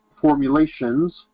formulations